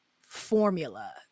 formula